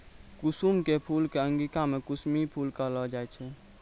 कुसुम के फूल कॅ अंगिका मॅ कुसमी फूल कहलो जाय छै